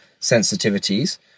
sensitivities